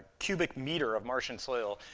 cubic meter of martian soil,